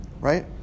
Right